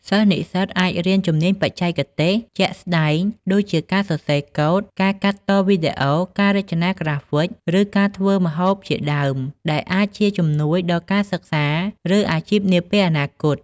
សិស្សនិស្សិតអាចរៀន ជំនាញបច្ចេកទេស ជាក់ស្តែង ដូចជាការសរសេរកូដ ការកាត់តវីដេអូ ការរចនាក្រាហ្វិក ឬការធ្វើម្ហូបជាដើម ដែលអាចជាជំនួយដល់ការសិក្សា ឬអាជីពនាពេលអនាគត។